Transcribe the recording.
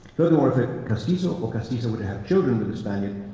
furthermore, if a castizo or castiza were to have children with a spaniard,